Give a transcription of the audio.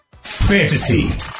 Fantasy